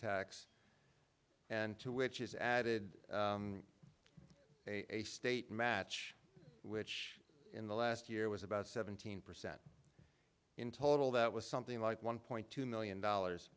tax and to which is added a state match which in the last year was about seventeen percent in total that was something like one point two million dollars